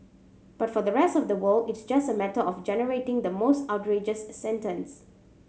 but for the rest of the world it's just a matter of generating the most outrageous sentence